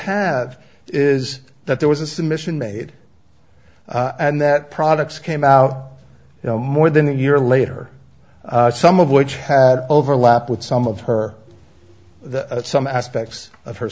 have is that there was a submission made and that products came out you know more than a year later some of which had overlap with some of her some aspects of her